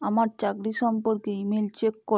আমার চাকরি সম্পর্কে ইমেল চেক ক